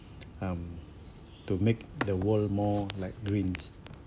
um to make the world more like greens